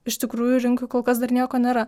iš tikrųjų rinkoj kol kas dar nieko nėra